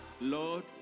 Lord